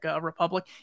Republic